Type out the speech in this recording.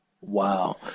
Wow